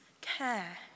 care